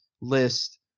list